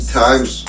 times